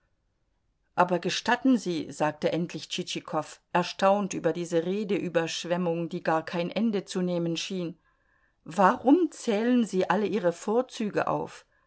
aber gestatten sie sagte endlich tschitschikow erstaunt über diese redeüberschwemmung die gar kein ende zu nehmen schien warum zählen sie alle ihre vorzüge auf